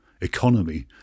economy